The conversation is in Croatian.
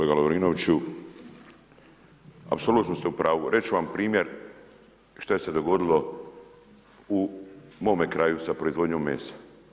Kolega Lovrinoviću, apsolutno ste u pravu, reći ću vam primjer šta se dogodilo u mome kraju, sa proizvodnjom mesa.